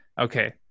okay